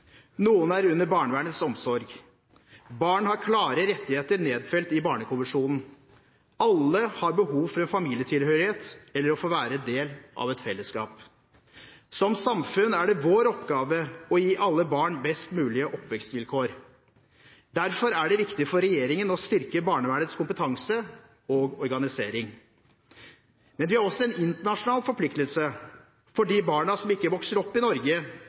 Noen er under barnevernets omsorg. Barn har klare rettigheter nedfelt i Barnekonvensjonen. Alle har behov for en familietilhørighet eller å få være del av et fellesskap. Som samfunn er det vår oppgave å gi alle barn best mulige oppvekstvilkår. Derfor er det viktig for regjeringen å styrke barnevernets kompetanse og organisering. Men vi har også en internasjonal forpliktelse – for de barna som ikke vokser opp i Norge,